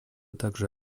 также